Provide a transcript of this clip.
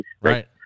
right